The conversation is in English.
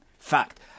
Fact